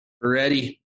Ready